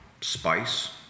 spice